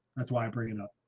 that's why i'm pretty enough.